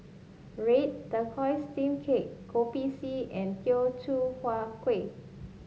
red tortoise steam cake Kopi C and Teochew Huat Kueh